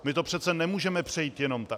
My to přece nemůžeme přejít jenom tak.